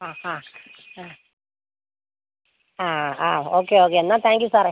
ആ ആ ആ ആ ആ ഓക്കെ ഓക്കെ എന്നാൽ താങ്ക് യു സാറെ